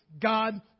God